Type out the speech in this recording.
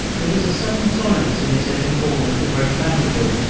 there was a sudden silence in this little corner of the great battlefield,